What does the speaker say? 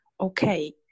okay